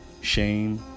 shame